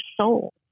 soul